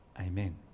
Amen